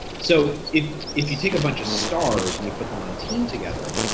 so if if you take a bunch of stars and you put them on a team together,